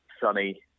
sunny